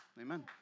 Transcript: amen